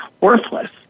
worthless